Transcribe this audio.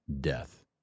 death